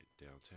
downtown